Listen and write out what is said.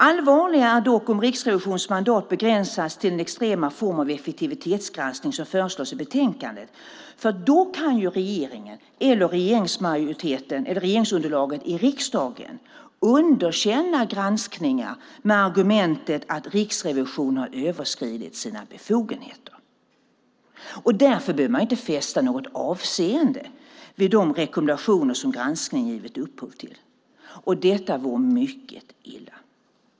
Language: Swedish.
Allvarligare är det dock om Riksrevisionens mandat begränsas till den extrema form av effektivitetsgranskning som föreslås i betänkandet. Då kan regeringen, regeringsmajoriteten eller regeringsunderlaget i riksdagen underkänna granskningar med argumentet att Riksrevisionen har överskridit sina befogenheter. Därför behöver man då inte fästa något avseende vid de rekommendationer som granskningen givit upphov till. Detta vore mycket illa.